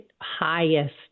highest